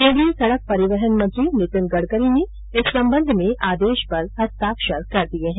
केन्द्रीय सड़क परिवहन मंत्री नितिन गड़करी ने इस संबंध में आदेश पर हस्ताक्षर कर दिये है